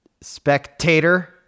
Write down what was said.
Spectator